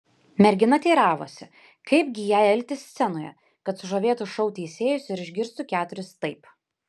mergina teiravosi kaip gi jai elgtis scenoje kad sužavėtų šou teisėjus ir išgirstų keturis taip